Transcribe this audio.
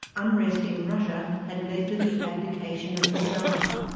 unrest in russia had led to the abdication of the tsar.